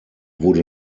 wurde